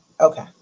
okay